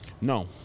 No